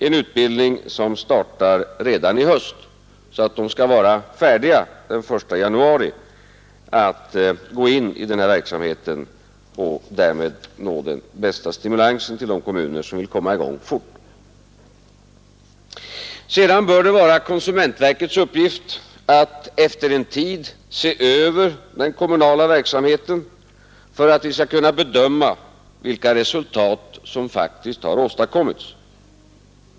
Den utbildningen startar redan i höst för att de den 1 januari skall vara färdiga att gå in i verksamheten och därmed ge den bästa stimulansen åt de kommuner som vill komma i gång fort. Sedan bör det vara konsumentverkets uppgift att efter en tid se över den kommunala verksamheten för att vi skall kunna bedöma vilka resultat som faktiskt har åstadkommits.